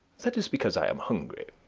that is because i am hungry.